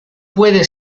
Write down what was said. puede